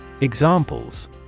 Examples